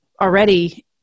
already